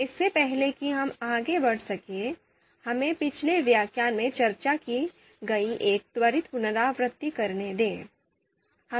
इससे पहले कि हम आगे बढ़ सकें हमें पिछले व्याख्यान में चर्चा की गई एक त्वरित पुनरावृत्ति करने दें